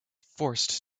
forced